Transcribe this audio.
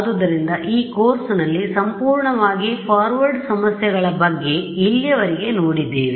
ಆದ್ದರಿಂದ ಈ ಕೋರ್ಸ್ ನಲ್ಲಿ ಸಂಪೂರ್ಣವಾಗಿ ಫಾರ್ವರ್ಡ್ ಸಮಸ್ಯೆಗಳ ಬಗ್ಗೆ ಇಲ್ಲಿಯವರೆಗೆ ನೋಡಿದ್ದೇವೆ